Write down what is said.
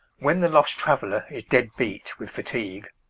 when the lost traveller is dead beat with fatigue,